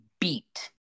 beat